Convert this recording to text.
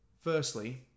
Firstly